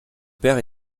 père